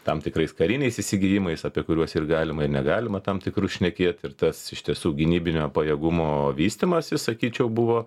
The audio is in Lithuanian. tam tikrais kariniais įsigijimais apie kuriuos ir galima negalima tam tikrų šnekėt ir tas iš tiesų gynybinio pajėgumo vystymąsis sakyčiau buvo